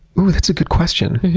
oooh, that's a good question.